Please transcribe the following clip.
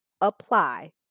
apply